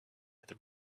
with